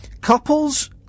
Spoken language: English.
couples